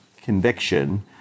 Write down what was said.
conviction